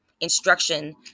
instruction